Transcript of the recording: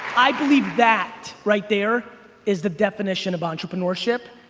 i believe that right there is the definition of entrepreneurship,